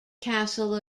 castle